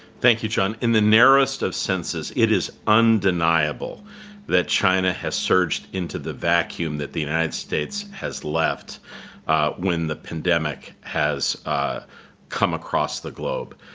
thank you, john. in the narrowest of senses, it is undeniable that china has surged into the vacuum that the united states has left when the pandemic has ah come across the globe.